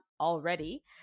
already